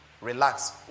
Relax